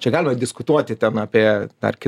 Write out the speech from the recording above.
čia galima diskutuoti ten apie dar ki